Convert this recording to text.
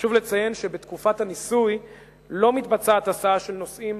חשוב לציין שבתקופת הניסוי לא מתבצעת הסעה של נוסעים